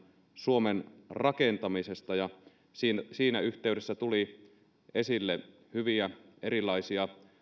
suomen rakentamisesta ja siinä yhteydessä tuli esille hyviä erilaisia